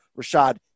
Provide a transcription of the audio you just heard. Rashad